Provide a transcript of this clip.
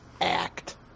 Act